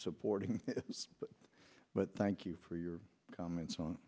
supporting but thank you for your comments on